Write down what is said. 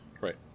Right